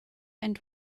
and